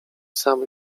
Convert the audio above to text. sam